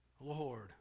Lord